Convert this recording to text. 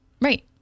Right